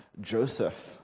Joseph